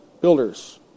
builders